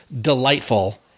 delightful